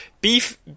beef